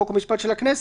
חוק ומשפט של הכנסת,